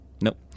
nope